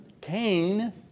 Cain